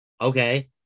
Okay